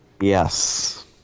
Yes